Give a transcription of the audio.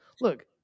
look